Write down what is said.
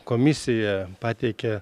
komisija pateikė